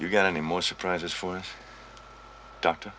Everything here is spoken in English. you got any more surprises for doctor